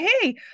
hey